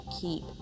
keep